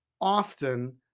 often